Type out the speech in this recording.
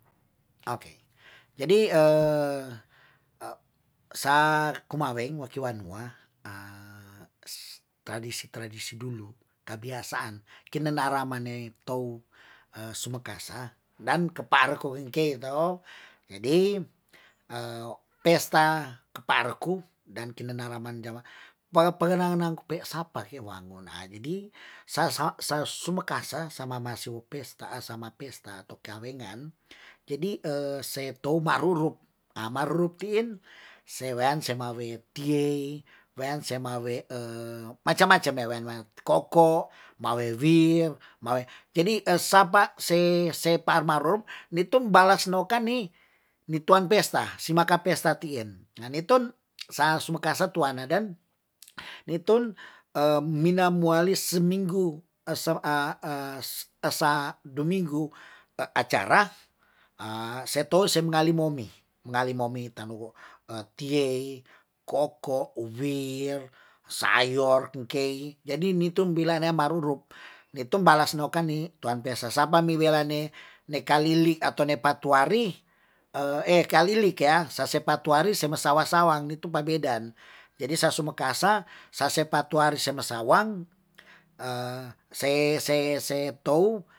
Jadi (hestination) sa kumaweng woki wanua (hestination) tradisi- tradisi dulu kebiasaan kinena ramane tou sumekasa dan keparakoinke to jadi (hestination) pesta keparaku dan kinena raman ja pengenangnang (hetination) pe sapa pe wang jadi sa sumekasa samamasu pesta` asama pesta pekawengan jadi (hestinantion) se tomaruru (hestination) marurup tin se wean semawe tie wean semawe (hestination) macam- macam mewen wean koko mawewir mawe jadi (hestination) sapa se parmarup nitumbalas nokan ni ni tuang pesta si maka pesta tien nitun sa sumekasa tuanadan nitun (hestination) minamualis seminggu (hestination) sa duminggu acara (hestination) se tou se mengalimomi mengalimomi tanu'u tie koko uwier sayor ngkey jadi nitun bilane marurup nitumbalas nokan ni tuan pe sesapa mi welane nekalili atau nepatuari (hestination) kalili kea sasepa tuari semasawa sawang nitu babedan jadi sasumekasa sasepa tuari semasawang (hestination) se tou